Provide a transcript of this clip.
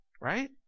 right